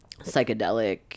psychedelic